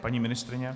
Paní ministryně?